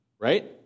right